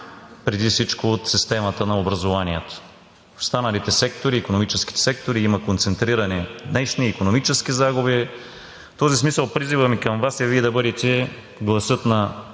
преди всичко от системата на образованието. В останалите сектори – икономическите, има концентрирани днешни икономически загуби. В този смисъл призивът ми към Вас е Вие да бъдете гласът на